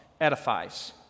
edifies